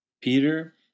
Peter